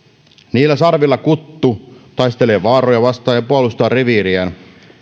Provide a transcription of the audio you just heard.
niillä sarvilla kuttu taistelee vaaroja vastaan ja puolustaa reviiriään